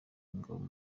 ingabo